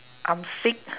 I'm sick